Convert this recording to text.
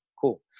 cool